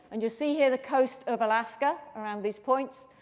and you see here the coast of alaska around these points.